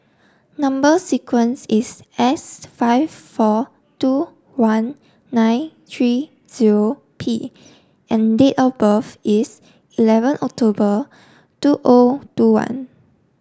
number sequence is S five four two one nine three zero P and date of birth is eleven October two O two one